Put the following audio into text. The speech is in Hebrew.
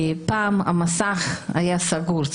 פעם מסך הברזל היה סגור,